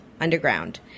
underground